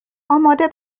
آماده